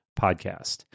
podcast